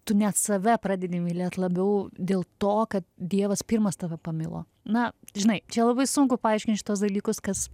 tu net save pradedi mylėti labiau dėl to kad dievas pirmas tave pamilo na žinai čia labai sunku paaiškint tuos dalykus kas